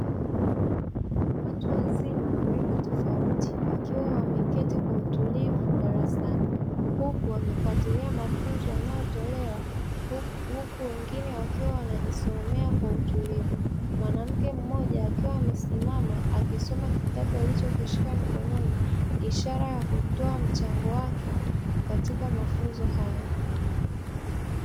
Watu wazima wa rika tofauti, wakiwa wameketi kwa utulivu darasani, huku wakifatilia mafunzo yanayotolewa, huku wengine wakiwa wanajisomea kwa utulivu. Mwanamke mmoja akiwa amesimama akisoma kitabu alichokishika mkononi, ishara ya kutoa mchango wake katika mafunzo hayo.